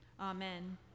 Amen